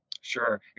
Sure